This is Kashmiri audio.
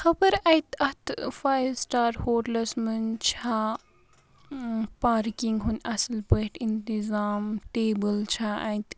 خَبر اتہِ اَتھ فایِو سِٹار ہوٹلَس منٛز چھَا پارکِنٛگ ہُنٛد اَصٕلۍ پٲٹھۍ اِنتِظام ٹیبٕل چھَا اَتہِ